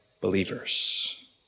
believers